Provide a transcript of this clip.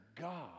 God